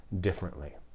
differently